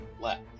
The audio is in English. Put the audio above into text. left